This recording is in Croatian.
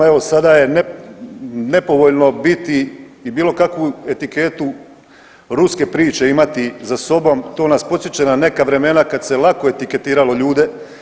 Evo sada je nepovoljno biti i bilo kakvu etiketu ruske priče imati za sobom, to nas podsjeća na neka vremena kad se lako etiketiralo ljude.